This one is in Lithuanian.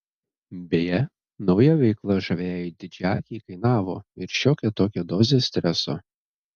beje nauja veikla žaviajai didžiaakei kainavo ir šiokią tokią dozę streso